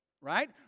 Right